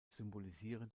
symbolisieren